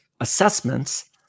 assessments